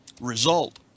result